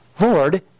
Lord